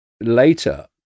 later